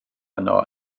yno